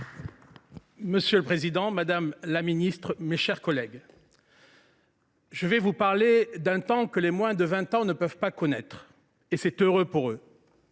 Monsieur le président, madame la ministre, mes chers collègues, je vous parle d’un temps que les moins de 20 ans ne peuvent pas connaître, et c’est heureux pour eux.